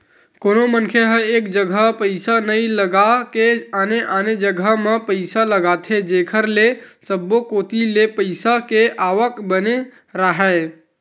कोनो मनखे ह एक जघा पइसा नइ लगा के आने आने जघा म पइसा लगाथे जेखर ले सब्बो कोती ले पइसा के आवक बने राहय